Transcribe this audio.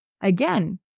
again